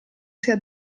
sia